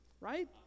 Right